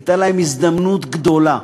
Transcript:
הייתה להם הזדמנות גדולה.